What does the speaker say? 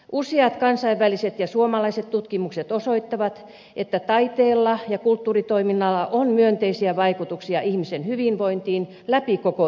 useat kansainväliset ja suomalaiset tutkimukset osoittavat että taiteella ja kulttuuritoiminnalla on myönteisiä vaikutuksia ihmisen hyvinvointiin läpi koko elämän